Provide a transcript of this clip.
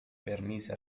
permise